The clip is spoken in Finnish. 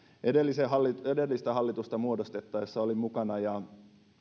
edellistä hallitusta muodostettaessa olin mukana ja